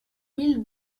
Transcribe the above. mille